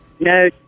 No